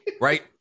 Right